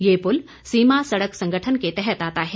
ये पुल सीमा सड़क संगठन के तहत आता है